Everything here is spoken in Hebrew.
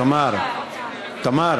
תמר, תמר